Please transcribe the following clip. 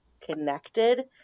connected